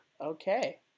Okay